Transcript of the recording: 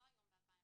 לא היום ב-2018,